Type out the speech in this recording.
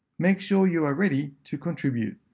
make sure you are ready to contribute